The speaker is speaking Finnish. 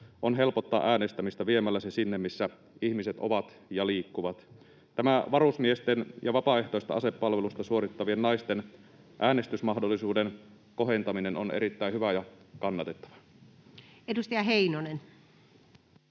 on helpottaa äänestämistä viemällä se sinne, missä ihmiset ovat ja liikkuvat. Tämä varusmiesten ja vapaaehtoista asepalvelusta suorittavien naisten äänestysmahdollisuuden kohentaminen on erittäin hyvä ja kannatettava. [Speech